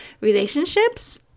relationships